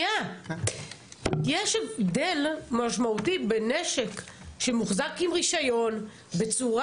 יש הבדל משמעותי בין נשק שמוחזק עם רשיון בצורה